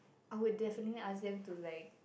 I will definitely ask them to like